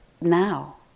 now